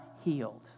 healed